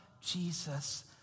Jesus